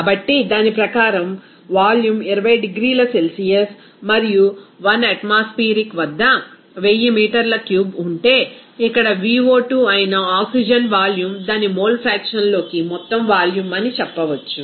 కాబట్టి దాని ప్రకారం వాల్యూమ్ 20 డిగ్రీల సెల్సియస్ మరియు 1 అట్మాస్ఫియర్ వద్ద 1000 మీటర్ల క్యూబ్ ఉంటే ఇక్కడ Vo2 అయిన ఆక్సిజన్ వాల్యూమ్ దాని మోల్ ఫ్రాక్షన్ లోకి మొత్తం వాల్యూమ్ అని చెప్పవచ్చు